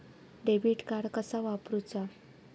Debit card कसा वापरुचा?